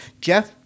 Jeff